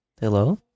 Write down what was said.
Hello